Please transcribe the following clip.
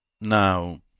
Now